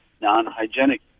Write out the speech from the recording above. non-hygienic